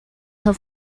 her